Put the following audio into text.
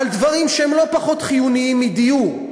על דברים שהם לא פחות חיוניים מדיור.